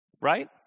Right